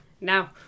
now